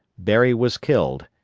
berry was killed,